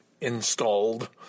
installed